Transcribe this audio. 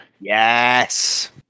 Yes